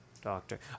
Doctor